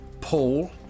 Paul